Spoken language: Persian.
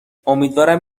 امیدوارم